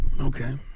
Okay